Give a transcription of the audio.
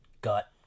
gut